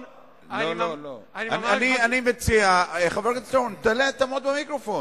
אני מציע, חבר הכנסת אורון, תעלה, דבר במיקרופון.